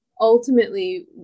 ultimately